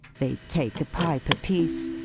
they take a pipe a-piece,